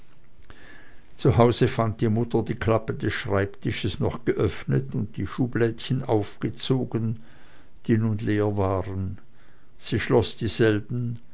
zu hause fand die mutter die klappe des schreibtisches noch geöffnet und die schublädchen aufgezogen die nun leer waren sie schloß dieselben